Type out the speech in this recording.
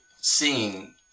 seeing